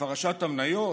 ובפרשת המניות?